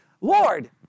Lord